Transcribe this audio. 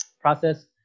process